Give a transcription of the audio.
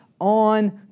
on